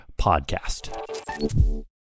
podcast